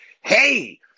hey